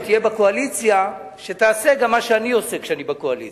שכשתהיה בקואליציה תעשה גם מה שאני עושה כשאני בקואליציה.